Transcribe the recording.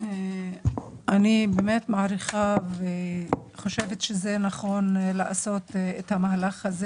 אני מעריכה וחושבת שנכון לעשות את המהלך הזה